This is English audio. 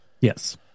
Yes